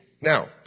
Now